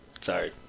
Sorry